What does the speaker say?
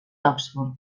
oxford